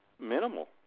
minimal